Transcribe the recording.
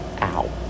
Ow